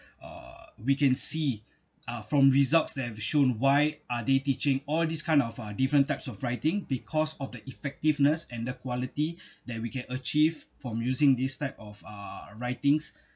uh we can see uh from results that have shown why are they teaching all these kind of uh different types of writing because of the effectiveness and the quality that we can achieve from using this type of uh writings